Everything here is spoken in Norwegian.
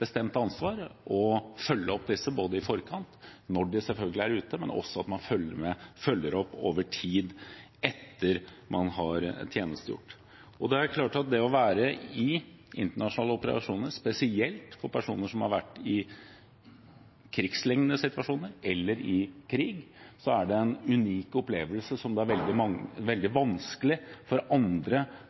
bestemt ansvar når det gjelder å følge opp disse, både i forkant av oppdraget, når de er ute, og over tid etter at de har tjenestegjort. Det er klart at det å være med på internasjonale operasjoner, spesielt for personer som har vært i krigslignende situasjoner eller i krig, er en unik opplevelse som det er veldig vanskelig for andre å sette seg inn i. Derfor er vi fra Venstre veldig glade for